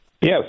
Yes